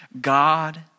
God